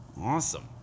Awesome